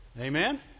Amen